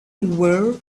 were